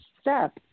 step